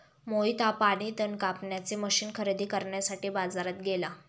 मोहित हा पाणी तण कापण्याचे मशीन खरेदी करण्यासाठी बाजारात गेला